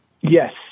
Yes